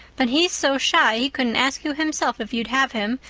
but he's so shy he couldn't ask you himself if you'd have him,